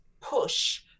push